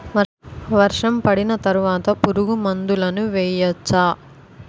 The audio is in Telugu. వర్షం పడిన తర్వాత పురుగు మందులను వేయచ్చా?